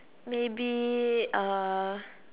maybe